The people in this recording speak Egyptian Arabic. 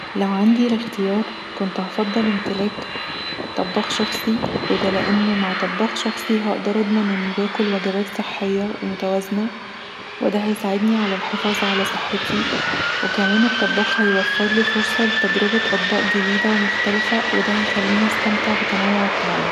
لو عندي الاختيار كنت هفضل امتلاك طباخ شخصي ودا لأن مع امتلاك طباخ شخصي هقدر اضمن اني باكل وجبات صحيه ومتوازنه وده هيساعدني علي الحفاظ علي صحتي وكمان الطباخ هيوفرلي فرصة لتجربة اطباق جديده ومختلفه وده هيخليني أستمتع بتنوع الطعام